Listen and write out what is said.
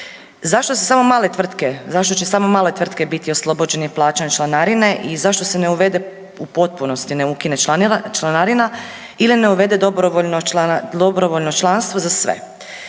zašto će samo male tvrtke biti oslobođene plaćanja članarine i zašto se ne uvede u potpunosti ne ukine članarina ili ne uvede dobrovoljno članstvo za sve.